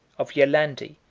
of yolande,